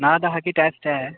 सना दा हा की टेस्ट ऐ